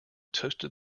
toasted